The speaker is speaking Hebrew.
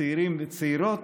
צעירים וצעירות,